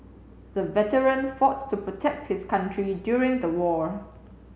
the veteran fought to protect his country during the war